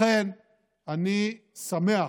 לכן אני שמח